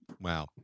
wow